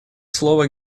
слово